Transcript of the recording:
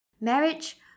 Marriage